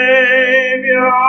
Savior